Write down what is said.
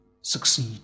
succeed